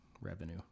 revenue